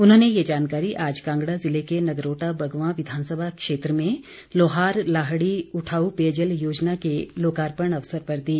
उन्होंने ये जानकारी आज कांगड़ा ज़िले के नगरोटा बगवां विधानसभा क्षेत्र में लोहार लाहड़ी उठाऊ पेयजल योजना के लोकार्पण अवसर पर दी